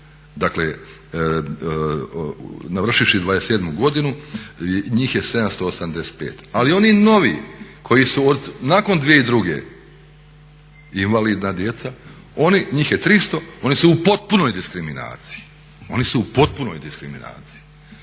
dakle navršivši 27 godinu njih je 785. Ali oni novi koji su nakon 2002. invalidna djeca njih je 300. Oni su u potpunoj diskriminaciji, oni su u potpunoj diskriminaciji.